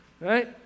Right